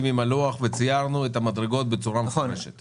- עם הלוח וציירנו את המדרגות בצורה מפורשת.